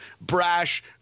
brash